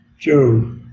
Joe